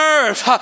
earth